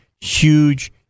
huge